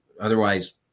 otherwise